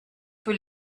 peut